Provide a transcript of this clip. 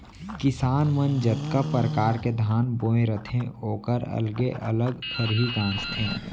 किसान मन जतका परकार के धान बोए रथें ओकर अलगे अलग खरही गॉंजथें